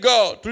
God